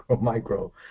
micro